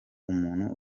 umuntu